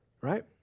Right